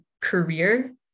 career